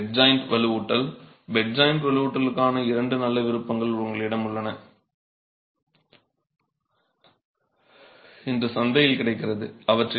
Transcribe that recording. எனவேபெட் joint வலுவூட்டலுக்கான இரண்டு நல்ல விருப்பங்கள் உங்களிடம் உள்ளன இன்று சந்தையில் கிடைக்கிறது